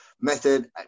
Method